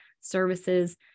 services